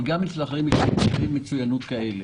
אבל גם אצל אחרים יש מרכזי מצוינות כאלה.